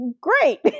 Great